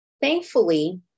Thankfully